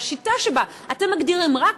והשיטה שבה אתם מגדירים רק,